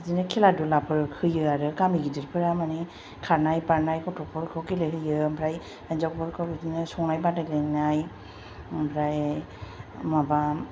बिदिनो खेला दुलाफोर होयो आरो गामि गिदिरफोरा माने खारनाय बारनाय गथ'फोरखौ गेले होयो ओमफ्राय हिन्जावफोरखौ बिदिनो संनाय बादायलायनाय ओमफ्राय माबा